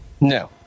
No